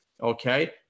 Okay